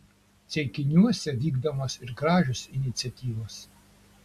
ceikiniuose vykdomos ir gražios iniciatyvos